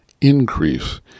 increase